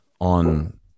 on